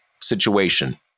situation